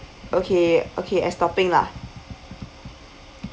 okay okay as topping lah